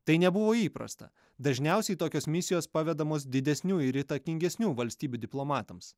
tai nebuvo įprasta dažniausiai tokios misijos pavedamos didesnių ir įtakingesnių valstybių diplomatams